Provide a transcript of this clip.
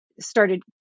started